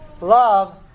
love